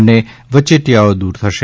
અને વચોટિયાઓ દુર થશે